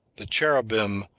the cherubim,